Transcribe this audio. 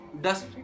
dust